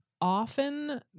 often